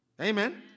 Amen